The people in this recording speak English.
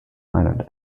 island